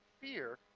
fear